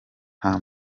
nta